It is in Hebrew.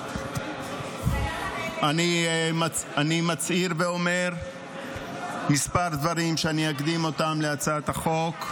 אני מצהיר ואומר כמה דברים שאקדים להצעת החוק: